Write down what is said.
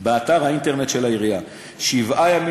באתר האינטרנט של העירייה שבעה ימים